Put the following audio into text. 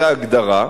זה ההגדרה,